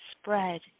spread